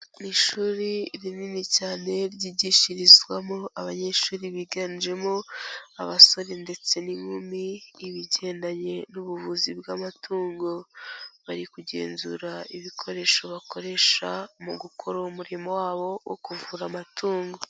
Ishuri rinini cyane ryigishirizwamo abanyeshuri biganjemo abasore ndetse n'inkumi ibigendanye n'ubuvuzi bw'amatungo, bari kugenzura ibikoresho bakoresha mu gukora umurimo wabo wo kuvura amatungo.